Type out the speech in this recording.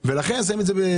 נכון, עושים טירגוט.